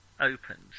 opens